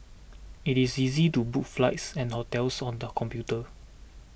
it is easy to book flights and hotels on the computer